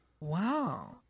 Wow